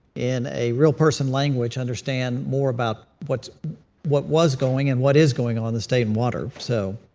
in a real person language, understand more about what what was going and what is going on this day in water, so.